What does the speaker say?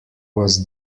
was